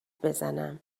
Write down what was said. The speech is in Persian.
بزنم